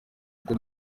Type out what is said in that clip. kuko